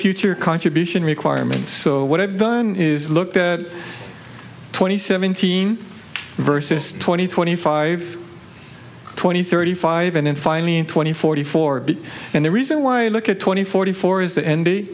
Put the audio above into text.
future contribution requirements so what i've done is looked at twenty seventeen versus twenty twenty five twenty thirty five and then finally in twenty forty four and the reason why i look at twenty forty four is that n d i